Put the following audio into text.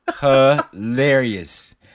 hilarious